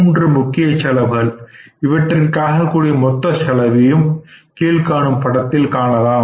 மூன்று முக்கிய செலவுகள் இவற்றிற்காகக்கூடிய மொத்த செலவையும் கீழ்க்காணும் படத்தில் காணலாம்